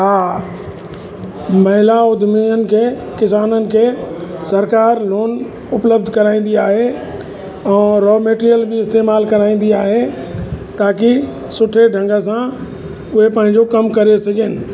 हा महिला उद्यमियनि खे किसाननि खे सरकारि लोन उपलब्ध कराईंदी आहे ऐं रॉ मटेरियल बि इस्तेमालु कराईंदी आहे ताकी सुठे ढंग सां उहे पंहिंजो कमु करे सघनि